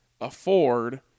afford